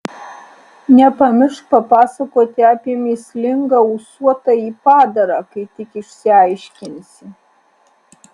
nepamiršk papasakoti apie mįslingą ūsuotąjį padarą kai tik išsiaiškinsi